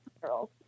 Girls